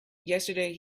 yesterday